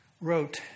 wrote